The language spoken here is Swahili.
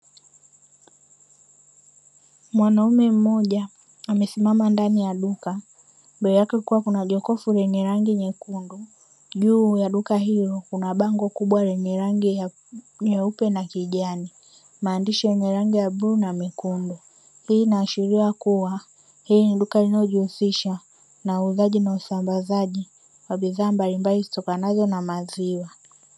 Mwanaume mmoja amesimama ndani ya duka; mbele yake kukiwa kuna jokofu lenye rangi nyekundu, juu ya duka hilo kuna bango kubwa lenye rangi nyeupe na kijani, maandishi yenye rangi ya bluu na kijani; hii inaashiria kuwa, hili ni duka linalojihusisha na uuzaji na usambazaji wa bidhaa mbalimbali zitokanazo na maziwa.